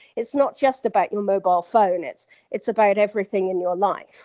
it's not just about your mobile phone, it's it's about everything in your life.